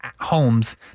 homes